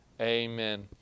Amen